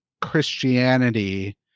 Christianity